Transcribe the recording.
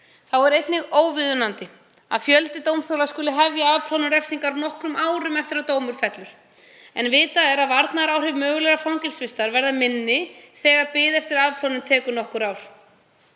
Þá er einnig óviðunandi að fjöldi dómþola skuli hefja afplánun refsingar nokkrum árum eftir að dómur fellur, en vitað er að varnaðaráhrif mögulegrar fangelsisvistar verða minni þegar bið eftir afplánun tekur nokkur ár.